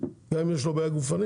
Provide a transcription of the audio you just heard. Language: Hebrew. גם אם יש לו בעיה גופנית.